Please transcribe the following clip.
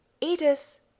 edith